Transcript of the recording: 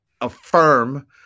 affirm